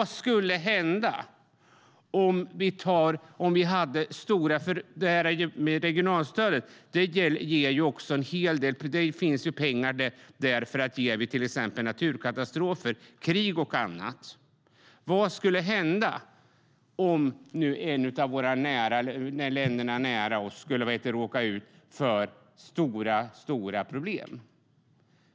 I regionalstödet finns pengar för till exempel naturkatastrofer, krig och annat. Vad skulle hända om ett land nära oss råkade ut för stora problem?